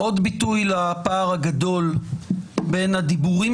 עוד ביטוי לפער הגדול בין הדיבורים